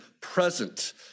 present